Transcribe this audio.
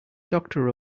doctor